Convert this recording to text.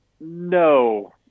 no